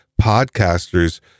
podcasters